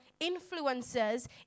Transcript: influencers